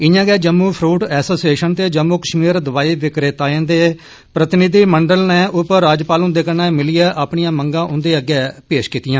इआं गै Jammu fruit association ते जम्मू कश्मीर दवाइयां विक्रेताएं दे प्रतिनिधिमंडल नै उपराज्यपाल हुंदे कन्नै मिलियै अपनियां मंगा उंदे अग्गै प्रस्तुत कीतियां